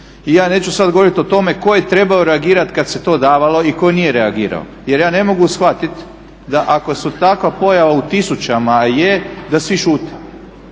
I ja neću sada govoriti o tome tko je trebao reagirati kada se to davalo i tko nije reagirao. Jer ja ne mogu shvatiti da ako su takva pojava u tisućama a je da svi šute